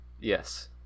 Yes